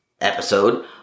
episode